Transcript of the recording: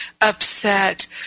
upset